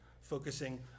Focusing